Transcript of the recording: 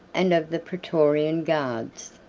and of the praetorian guards.